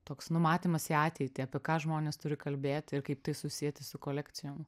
toks numatymas į ateitį apie ką žmonės turi kalbėti ir kaip tai susieti su kolekcijom